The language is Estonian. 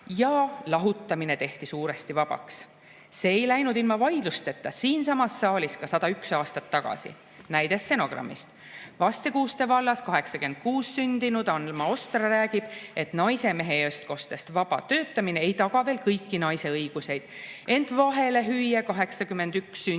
Ja lahutamine tehti suuresti vabaks. See ei läinud ilma vaidlusteta siinsamas saalis ka 101 aastat tagasi. Näide stenogrammist. "Vastse-Kuuste vallas 1886 sündinud Alma Ostra räägib, et naise mehe eestkostest vaba töötamine ei taga veel kõiki naiste õiguseid. Ent vahelehüüe 1881 sündinud